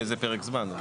באיזה פרק זמן, אבל?